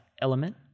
element